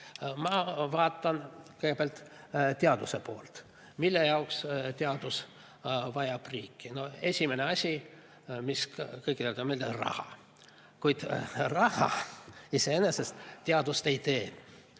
Ma vaatan kõigepealt teaduse poolt. Mille jaoks teadus vajab riiki? Esimene asi, mis kõigile teada: raha. Kuid raha iseenesest teadust ei tee.